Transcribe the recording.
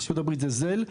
ארצות הברית זה "Zelle",